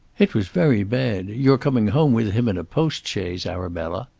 it was very bad, your coming home with him in a postchaise, arabella.